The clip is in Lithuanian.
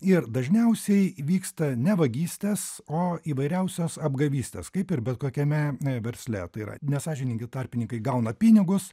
ir dažniausiai vyksta ne vagystės o įvairiausios apgavystės kaip ir bet kokiame versle tai yra nesąžiningi tarpininkai gauna pinigus